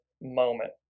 moment